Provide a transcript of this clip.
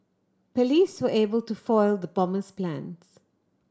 police were able to foil the bomber's plans